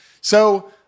So-